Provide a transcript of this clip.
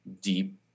deep